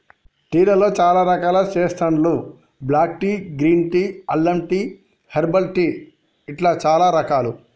tea లలో చాల రకాలు చెస్తాండ్లు బ్లాక్ టీ, గ్రీన్ టీ, అల్లం టీ, హెర్బల్ టీ ఇట్లా చానా రకాలు